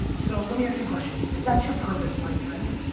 so let me ask you a question. if that's your purpose my friend,